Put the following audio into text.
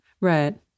Right